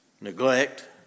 Neglect